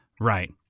Right